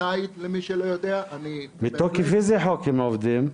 אני חושב שככה אנחנו נוכל לעמוד ביעדים האלה,